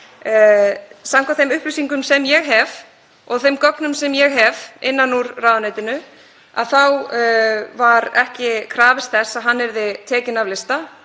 Samkvæmt þeim upplýsingum sem ég hef og þeim gögnum sem ég hef innan úr ráðuneytinu var þess ekki krafist að hann yrði tekinn af lista